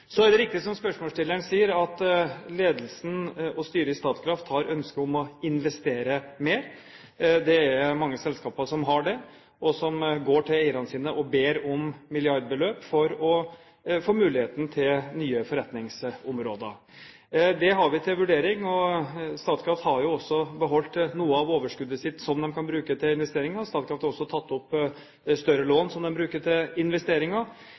Så er det riktig som spørsmålsstilleren sier, at ledelsen og styret i Statkraft har ønske om å investere mer. Det er mange selskaper som har det, og som går til eierne sine og ber om milliardbeløp for å få muligheten til nye forretningsområder. Det har vi til vurdering. Statkraft har også beholdt noe av overskuddet sitt, som de kan bruke til investeringer. Statkraft har også tatt opp et større lån, som de bruker til investeringer.